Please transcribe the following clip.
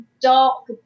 dark